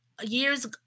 Years